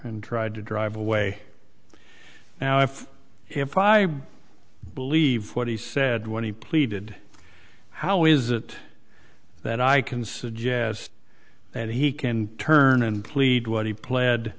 and tried to drive away now if in five believe what he said when he pleaded how is it that i can suggest that he can turn and plead what he pled